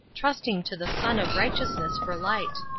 trusting to the sun of righteousness for light.